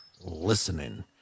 listening